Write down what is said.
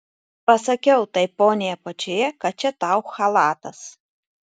pasakiau tai poniai apačioje kad čia tau chalatas